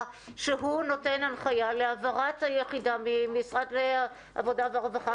שהוא נותן הנחיה להעברת היחידה ממשרד העבודה והרווחה.